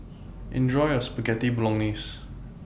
Enjoy your Spaghetti Bolognese